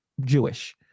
Jewish